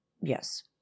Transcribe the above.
Yes